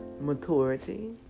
maturity